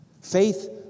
Faith